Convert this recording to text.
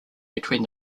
between